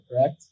correct